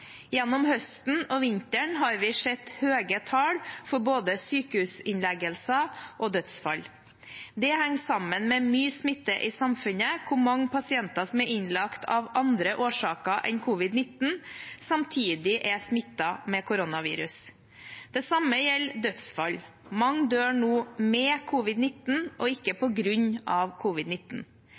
Gjennom høsten og vinteren har vi imidlertid sett høye tall for både sykehusinnleggelser og dødsfall. Det henger sammen med mye smitte i samfunnet, hvor mange pasienter som er innlagt av andre årsaker enn covid-19, samtidig er smittet med koronavirus. Det samme gjelder dødsfall: Mange dør nå med covid-19 og ikke